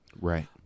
Right